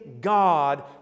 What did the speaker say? God